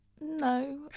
No